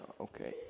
Okay